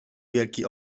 wielki